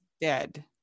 dead